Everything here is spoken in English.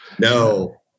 no